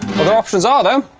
but options are though